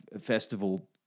festival